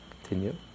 continue